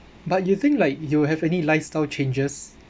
but you think like you have any lifestyle changes